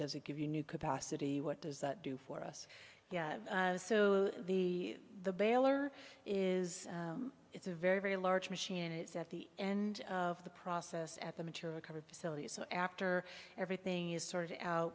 does it give you new capacity what does that do for us so the the baler is it's a very very large machine and it's at the end of the process at the mature recovered facility so after everything is sorted out